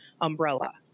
umbrella